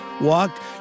walked